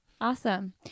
Awesome